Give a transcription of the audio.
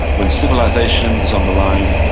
when civilization is on the line,